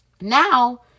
Now